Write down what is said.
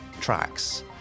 tracks